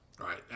Right